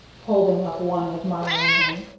holding up one admiringly,